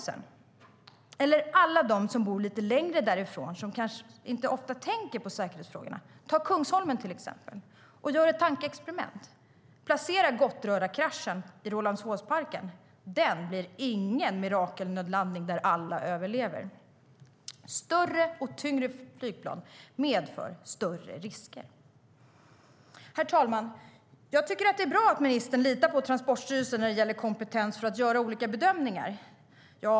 Sedan finns alla de som bor lite längre från Bromma som ofta inte tänker på säkerhetsfrågorna. Ta Kungsholmen, till exempel, och gör ett tankeexperiment. Placera Gottrörakraschen i Rålambshovsparken. Den blir ingen mirakelnödlandning där alla överlever. Större och tyngre flygplan medför större risker. Herr talman! Det är bra att ministern litar på Transportstyrelsen när det gäller kompetens för att göra olika bedömningar.